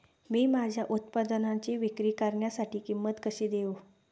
मी माझ्या उत्पादनाची विक्री करण्यासाठी किंमत कशी देऊ?